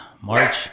March